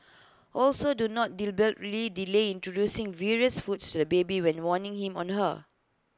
also do not deliberately delay introducing various foods to the baby when warning him on her